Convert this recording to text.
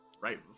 right